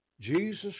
Jesus